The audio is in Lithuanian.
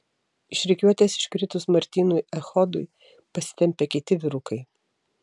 iš rikiuotės iškritus martynui echodui pasitempė kiti vyrukai